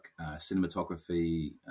cinematography